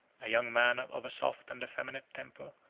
a young man of a soft and effeminate temper,